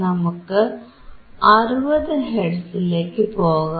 നമുക്ക് 60 ഹെർട്സിലേക്കു പോകാം